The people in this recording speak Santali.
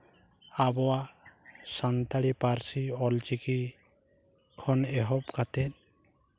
ᱟᱵᱚᱣᱟᱜ ᱥᱟᱱᱛᱟᱲᱤ ᱯᱟᱹᱨᱥᱤ ᱚᱞᱪᱤᱠᱤ ᱠᱷᱚᱱ ᱮᱦᱚᱵ ᱠᱟᱛᱮᱫ